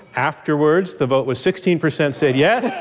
afterwards, the vote was sixteen percent said yeah